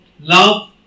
love